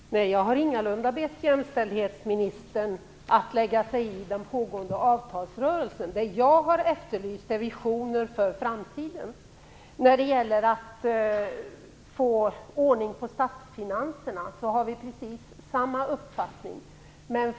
Herr talman! Nej, jag har ingalunda bett jämställdhetsministern att lägga sig i den pågående avtalsrörelsen. Det jag har efterlyst är visioner för framtiden. När det gäller att få ordning på statsfinanserna har vi precis samma uppfattning.